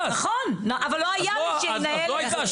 נכון, אבל לא היה מי שינהל את זה.